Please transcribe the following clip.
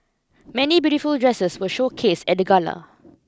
many beautiful dresses were showcase at the Gala